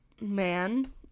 man